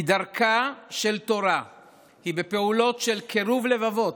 כי דרכה של תורה היא בפעולות של קירוב לבבות